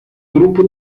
grupo